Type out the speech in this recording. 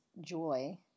joy